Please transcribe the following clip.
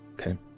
Okay